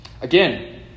Again